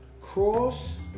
Cross